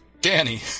Danny